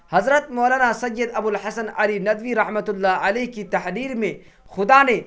حضرت مولانا سید ابو الحسن علی ندوی رحمۃُ اللّہ علیہ کی تحریر میں خدا نے